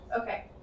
Okay